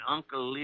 Uncle